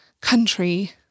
country